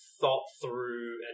thought-through